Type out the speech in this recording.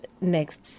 next